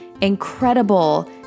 incredible